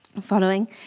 Following